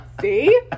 see